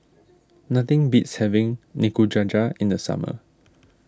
nothing beats having Nikujaga in the summer